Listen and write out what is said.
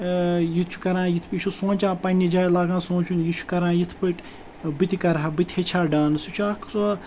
یہِ تہِ چھُ کَران یِتھ پٲٹھۍ یہِ چھُ سونٛچان پنٛنہِ جایہِ لاگان سونٛچُن یہِ چھُ کَران یِتھ پٲٹھۍ بہٕ تہِ کَرٕ ہا بہٕ تہِ ہیٚچھِ ہا ڈانٕس یہِ چھُ اَکھ سُہ